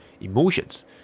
emotions